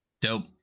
Dope